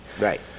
Right